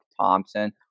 thompson